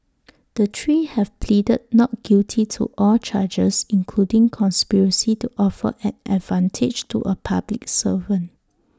the three have pleaded not guilty to all charges including conspiracy to offer an advantage to A public servant